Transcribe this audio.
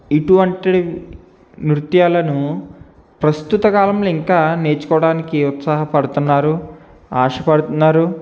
ఇటువంటి నృత్యాలను ప్రస్తుత కాలంలో ఇంకా నేర్చుకోవడానికి ఉత్సాహపడుతున్నారు ఆశ పడుతున్నారు